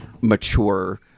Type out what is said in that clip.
mature